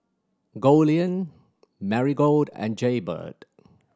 Goldlion Marigold and Jaybird